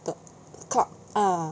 的 club ah